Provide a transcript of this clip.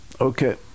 okay